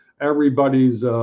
everybody's